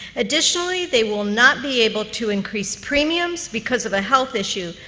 additionally, they will not be able to increase premiums because of a health issue,